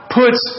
puts